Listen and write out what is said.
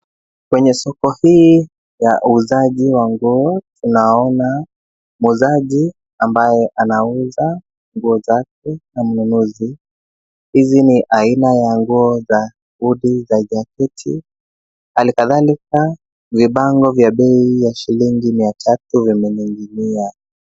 Kwenye soko hii ya uuzaji wa nguo, tunaona muuzaji ambaye anauza nguo zake na mnunuzi. Hizi ni aina ya nguo za hoodie , za jaketi. Hali kadhalika, vibango vya bei ya shilingi mia tatu vimening'inia.